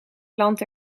land